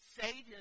Satan